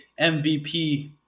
MVP